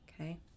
Okay